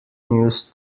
used